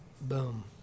Boom